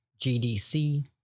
GDC